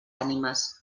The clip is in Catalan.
ànimes